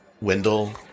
Wendell